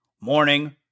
Morning